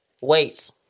Weights